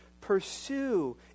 pursue